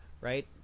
right